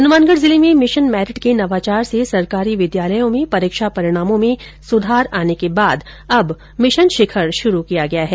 हनुमानगढ़ जिले में mission merit के नवाचार से सरकारी विद्यालयों में परीक्षा परिणामों में सुधार आने के बाद अब मिशन शिखर श्रू किया गया है